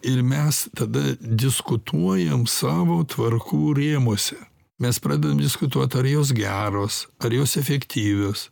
ir mes tada diskutuojam savo tvarkų rėmuose mes pradedam diskutuot ar jos geros ar jos efektyvios